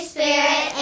Spirit